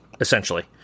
essentially